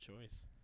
choice